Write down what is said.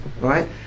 right